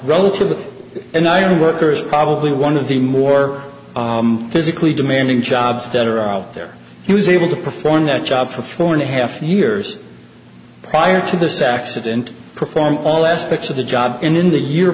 relative with an iron workers probably one of the more physically demanding jobs that are out there he was able to perform that job for four and a half years prior to this accident perform all aspects of the job and in the year